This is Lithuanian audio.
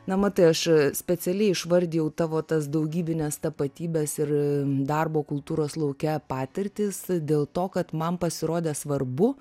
na matai aš specialiai išvardijau tavo tas daugybines tapatybes ir darbo kultūros lauke patirtis dėl to kad man pasirodė svarbu